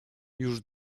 już